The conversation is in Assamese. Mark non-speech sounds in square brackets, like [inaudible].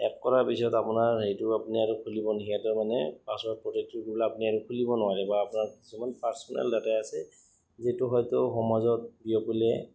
হেক কৰাৰ পিছত আপোনাৰ হেৰিটো আপুনি আৰু খুলিব [unintelligible] আপুনি আৰু খুলিব নোৱাৰে বা আপোনাৰ কিছুমান [unintelligible] ডাটা আছে যিটো হয়তো সমাজত বিয়পিলে